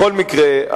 בכל מקרה,